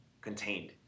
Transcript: contained